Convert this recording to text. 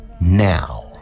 now